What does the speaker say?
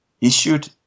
issued